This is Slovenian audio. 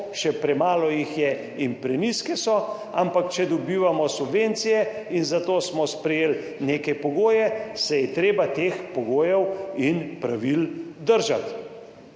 še premalo jih je in prenizke so, ampak če dobivamo subvencije in za to smo sprejeli neke pogoje, se je treba teh pogojev in pravil držati.